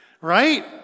right